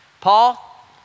Paul